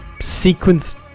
sequence